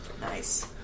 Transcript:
Nice